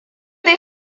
des